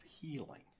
healing